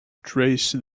trace